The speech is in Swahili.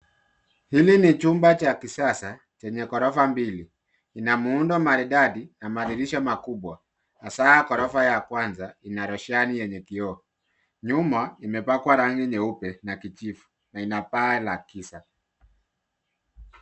Hili ni chumba cha kisasa chenye ghorofa mbili. Ina muundo maridadi na madirisha makubwa, hasa ghorofa ya kwanza ina roshani yenye kioo. Nyuma imepakwa rangi nyeupe na kijivu na ina paa la giza.